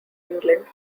england